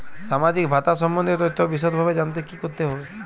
সামাজিক ভাতা সম্বন্ধীয় তথ্য বিষদভাবে জানতে কী করতে হবে?